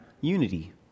unity